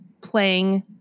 playing